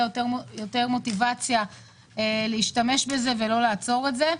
יותר מוטיבציה להשתמש בזה ולא לעצור את זה.